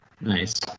Nice